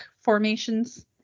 formations